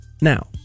Now